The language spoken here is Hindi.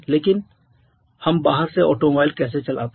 लेकिन हम बाहर से ऑटोमोबाइल कैसे चलाते हैं